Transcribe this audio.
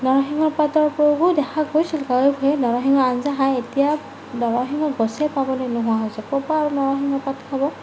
নৰসিংহৰ পাতৰ প্ৰয়োগো দেখা গৈছিল ঘৰে ঘৰে নৰসিংহৰ আঞ্জা খায় এতিয়া নৰসিংহৰ গছে পাবলৈ নোহোৱা হৈছে ক'ৰপৰা আৰু নৰসিংহৰ পাত খাব